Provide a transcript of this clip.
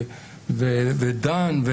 דן,